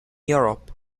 europe